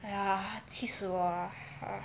!aiya! 气死我 lah ah